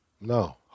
No